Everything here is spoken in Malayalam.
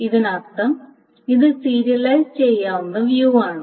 ഇതിനർത്ഥം ഇത് സീരിയലൈസ് ചെയ്യാവുന്ന വ്യൂ ആണ്